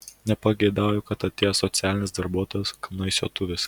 nepageidauju kad atėjęs socialinis darbuotojas knaisiotų viską